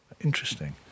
Interesting